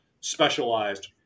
specialized